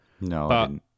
No